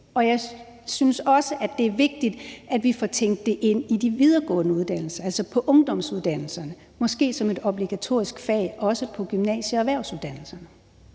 Og jeg synes også, det er vigtigt, at vi får tænkt det ind i de videregående uddannelser, altså ungdomsuddannelserne, så det måske også bliver et obligatorisk fag på gymnasie- og erhvervsuddannelserne.